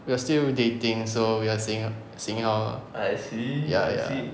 we are still dating so we are seeing seeing how ah